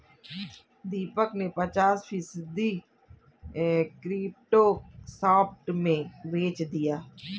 दीपक ने पचास फीसद क्रिप्टो शॉर्ट में बेच दिया